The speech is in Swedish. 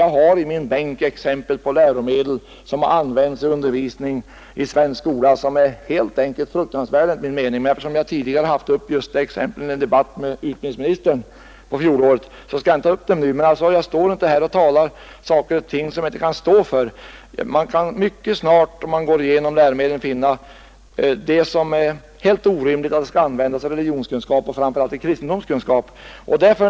Jag har i min bänk exempel på läromedel, som används i undervisning i svensk skola och som enligt min uppfattning helt enkelt är fruktansvärda, men eftersom jag tidigare anfört just dessa exempel i debatten med utrikesministern under fjolåret skall jag inte ta upp dem nu. Men jag står inte här och talar om saker och ting som jag inte kan stå för. Om man går igenom läromedlen kan man mycket snart finna sådant som det är helt orimligt att det skall användas i religionskunskap och framför allt i kristendomskunskap.